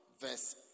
verse